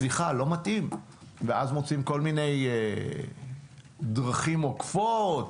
ליחה לא מתאים ואז מוצאים כל מיני דרכים עוקפות,